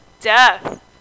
death